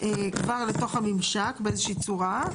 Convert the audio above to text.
כבר לתוך הממשק באיזה שהיא צורה,